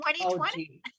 2020